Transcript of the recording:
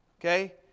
Okay